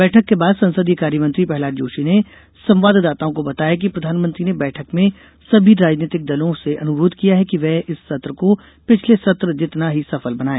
बैठक के बाद संसदीय कार्य मंत्री प्रह्लाद जोशी ने संवाददाताओं को बताया कि प्रधानमंत्री ने बैठक में सभी राजनीतिक दलों से अनुरोध किया है कि वे इस सत्र को पिछले सत्र जितना ही सफल बनाए